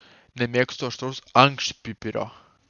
nemėgstu aštraus ankštpipirio